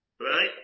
Right